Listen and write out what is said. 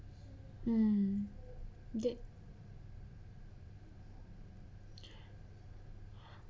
mm good